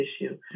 issue